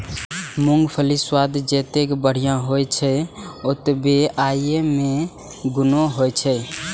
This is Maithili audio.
मूंगफलीक स्वाद जतेक बढ़िया होइ छै, ओतबे अय मे गुणो होइ छै